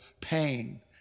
pain